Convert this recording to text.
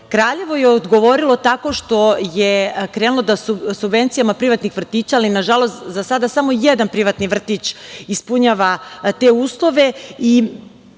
mesta. Kraljevo je odgovorilo tako što je krenulo da subvencijama privatnih vrtića, ali nažalost za sada samo jedan privatni vrtić ispunjava te uslove,